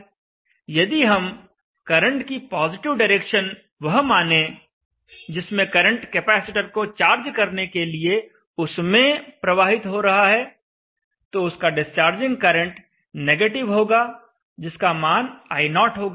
यदि हम करंट की पॉजिटिव डायरेक्शन वह माने जिसमें करंट कैपेसिटर को चार्ज करने के लिए उसमें प्रवाहित हो रहा है तो डिस्चार्जिंग करंट नेगेटिव होगा जिसका मान I0 होगा